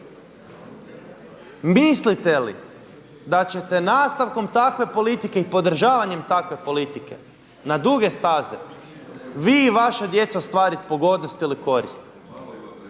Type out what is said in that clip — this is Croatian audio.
mislite li da ćete nastavkom takve politike i podržavanjem takve politike na duge staze vi i vaša djeca ostvariti pogodnost ili korist?